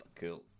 Cool